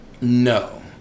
No